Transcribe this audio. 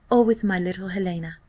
or with my little helena.